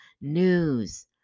news